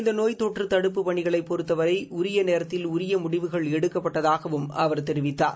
இந்த நோய் தொற்று தடுப்புப் பணிகளைப் பொறுத்தவரை உரிய நேரத்தில் உரிய முடிவுகள் எடுக்கப்பட்டதாகவும் அவர் தெரிவித்தார்